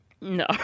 No